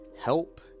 help